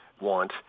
want